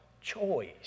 choice